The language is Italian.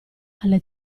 alle